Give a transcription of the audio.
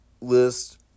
list